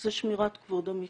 זה שמירת כבוד המקצוע.